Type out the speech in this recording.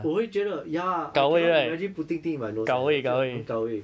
我会觉得 ya I cannot imagine putting thing in my nose eh 我会觉得很搞胃